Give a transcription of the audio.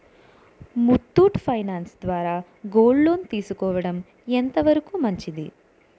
Muthoot finance ద్వారా gold loan తీసుకోవడం ఎంత వరకు మంచిది?